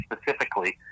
specifically